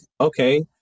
okay